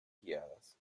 guiadas